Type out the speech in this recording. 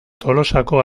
tolosako